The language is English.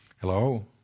Hello